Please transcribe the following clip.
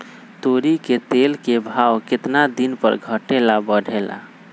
तोरी के तेल के भाव केतना दिन पर घटे ला बढ़े ला?